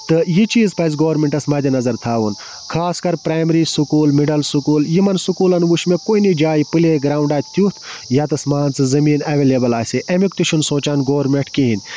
تہٕ یہِ چیٖز پَزِ گورمٮ۪نٛٹَس مَدِ نظر تھاوُن خاص کر پرٛیمری سُکوٗل مِڈَل سُکوٗل یِمَن سُکوٗلَن وُچھ مےٚ کُنہِ جایہِ پٕلے گرٛاوُنڈا تیُتھ یَتَس مان ژٕ زمیٖن اٮ۪وَلیبُل آسہِ ہے اَمیُک تہِ چھِنہٕ سونچان گورمٮ۪نٛٹ کِہیٖنۍ